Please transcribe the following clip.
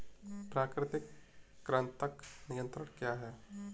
प्राकृतिक कृंतक नियंत्रण क्या है?